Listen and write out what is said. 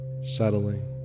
settling